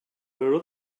were